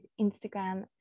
Instagram